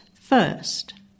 first